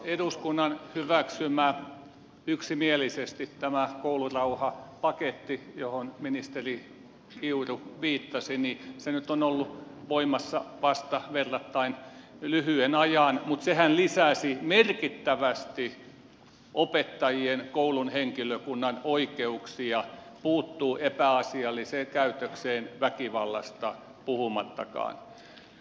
eduskunnan yksimielisesti hyväksymä koulurauhapaketti johon ministeri kiuru viittasi nyt on ollut voimassa vasta verrattain lyhyen ajan mutta sehän lisäsi merkittävästi opettajien koulun henkilökunnan oikeuksia puuttua epäasialliseen käytökseen väkivallasta puhumattakaan